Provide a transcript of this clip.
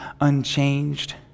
unchanged